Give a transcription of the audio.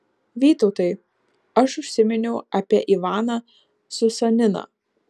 vytautai aš užsiminiau apie ivaną susaniną